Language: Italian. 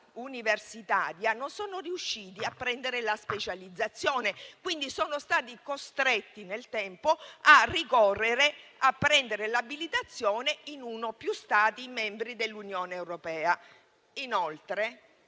universitaria, non sono riusciti a prendere la specializzazione, quindi sono stati costretti, nel tempo, a prendere l'abilitazione in uno o più Stati membri dell'Unione europea. Inoltre,